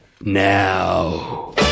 now